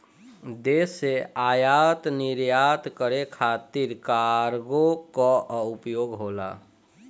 देश से आयात निर्यात करे खातिर कार्गो कअ उपयोग होला